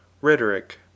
Rhetoric